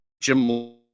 Jim